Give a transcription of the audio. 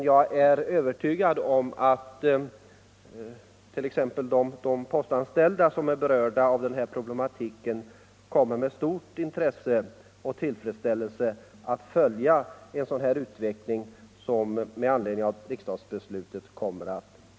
Jag är övertygad om att t.ex. de postanställda som är berörda av den här problematiken med stort intresse och stor tillfredsställelse kommer att följa den utveckling som inleds genom riksdagsbeslutet.